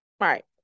right